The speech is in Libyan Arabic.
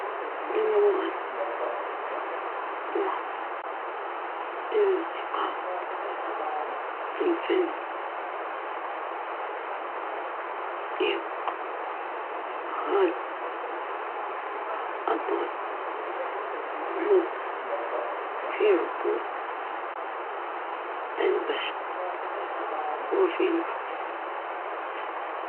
رياضي، لأنه رمز للصحة والنشاط، وتأثيره على الناس إيجابي.